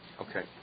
Okay